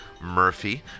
Murphy